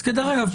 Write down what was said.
דרך אגב,